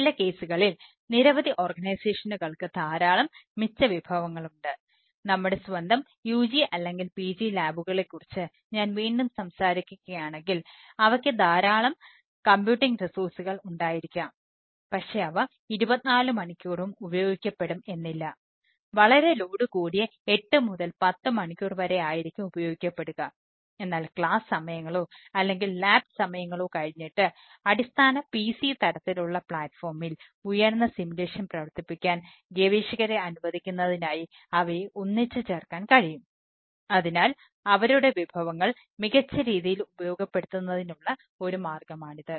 ചില കേസുകളിൽ നിരവധി ഓർഗനൈസേഷനുകൾക്ക് പ്രവർത്തിപ്പിക്കാൻ ഗവേഷകരെ അനുവദിക്കുന്നതിനായി അവയെ ഒന്നിച്ചുചേർക്കാൻ കഴിയും അതിനാൽ അവരുടെ വിഭവങ്ങൾ മികച്ച രീതിയിൽ ഉപയോഗപ്പെടുത്തുന്നതിനുള്ള ഒരു മാർഗമാണിത്